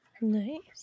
Nice